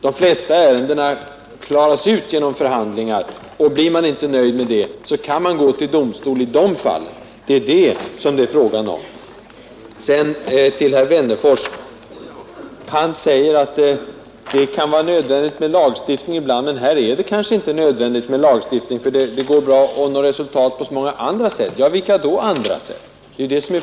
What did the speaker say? De flesta ärendena klaras ut genom förhandlingar, och blir man inte nöjd med det kan man gå till domstol. Det är något sådant som det är fråga om. Sedan till herr Wennerfors! Han säger att det kan vara nödvändigt med lagstiftning ibland, men här är det kanske inte nödvändigt, för det går att nå resultat på så många andra sätt. Ja, vilka andra sätt?